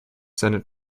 senate